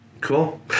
Cool